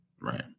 Right